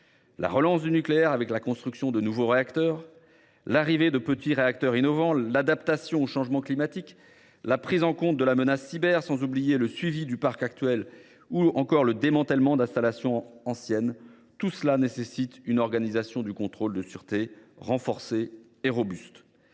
La relance du nucléaire, avec la construction de nouveaux réacteurs, l’arrivée de petits réacteurs innovants, l’adaptation au changement climatique, la prise en compte de la menace cyber, sans oublier le suivi du parc actuel et du démantèlement d’installations anciennes, nécessitent que l’organisation du contrôle de la sûreté soit renforcée et robuste.